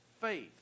faith